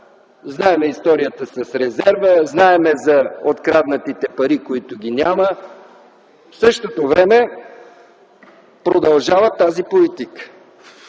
знаем историята с резерва. Знаем за откраднатите пари, които ги няма. В същото време продължава тази политика